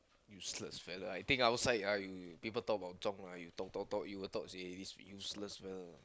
useless fellow I think outside ah you you people talk about Zhong ah you talk talk talk you will talk say this useless fellow